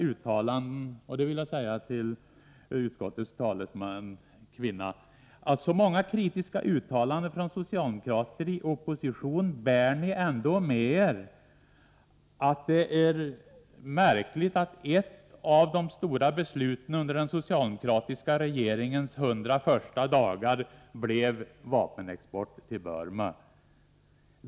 Jag vill säga till utskottets taleskvinna, att så många kritiska uttalanden från socialdemokrater i opposition bär ni ändå med er att det är märkligt att ett av de stora besluten under den socialdemokratiska regeringens hundra första dagar blev att tillåta vapenexport till Burma.